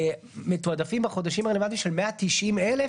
מתועדפים בחודשים הרלוונטיים של 190,000,